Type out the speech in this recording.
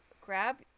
grab